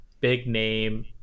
big-name